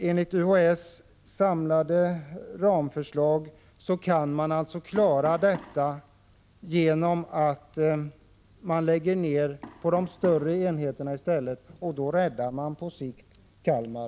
Enligt UHÄ:s samlade ramförslag kan nedläggningar i stället göras på de större enheterna. Då räddas på sikt Kalmar.